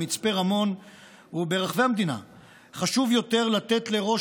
במצפה רמון וברחבי המדינה חשוב יותר לתת לראש